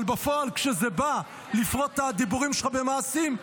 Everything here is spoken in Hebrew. אבל בפועל כשזה בא לפרוט את הדיבורים שלך במעשים,